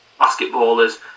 basketballers